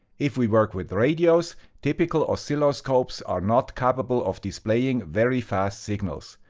if we work with radios, typical oscilloscopes are not capable of displaying very fast signals.